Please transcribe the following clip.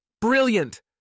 Brilliant